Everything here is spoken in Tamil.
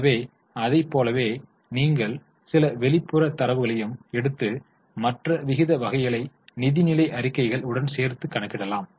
எனவே அதைப் போலவே நீங்கள் சில வெளிப்புற தரவுகளையும் எடுத்து மற்ற விகித வகைகளை நிதிநிலை அறிக்கைகள் உடன் சேர்த்து கணக்கிடலாம்